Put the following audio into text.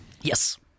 Yes